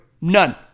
None